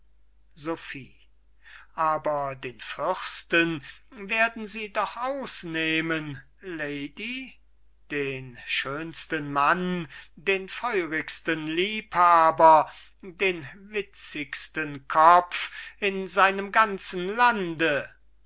sophie aber den fürsten werden sie doch ausnehmen lady den schönsten mann den feurigsten liebhaber den witzigsten kopf in seinem ganzen lande